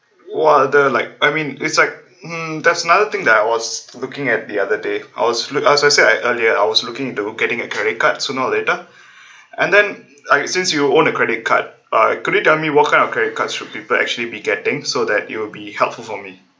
what other like I mean it's like mm there's another thing that I was looking at the other day I was look as I said earlier I was looking into getting a credit card sooner or later and then since you own a credit card could you tell me what kind of credit cards do people actually be getting so that it will be helpful for me